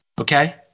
okay